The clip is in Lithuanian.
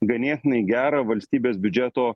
ganėtinai gerą valstybės biudžeto